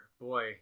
boy